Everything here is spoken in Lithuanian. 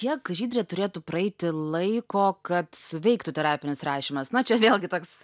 kiek žydre turėtų praeiti laiko kad suveiktų terapinis rašymas na čia vėlgi toks